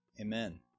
Amen